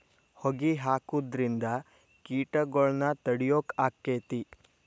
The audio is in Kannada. ಹೊಗಿ ಹಾಕುದ್ರಿಂದ ಕೇಟಗೊಳ್ನ ತಡಿಯಾಕ ಆಕ್ಕೆತಿ?